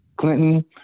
Clinton